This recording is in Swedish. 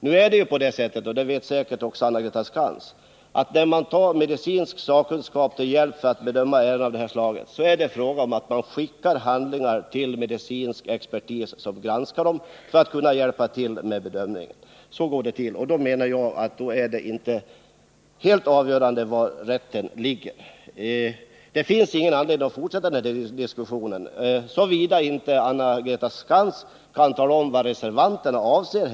Det går till på det sättet — det vet säkert också Anna-Greta Skantz — att när man tar medicinsk sakkunskap till hjälp för att bedöma ärenden av den här arten, så skickar man handlingar till medicinsk expertis som granskar dem för att kunna hjälpa till med bedömningen. Därför menar jag att det inte är helt avgörande var rätten ligger. Det finns ingen anledning att fortsätta den här diskussionen, såvida inte Anna-Greta Skantz kan tala om vad reservanterna avser.